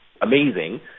amazing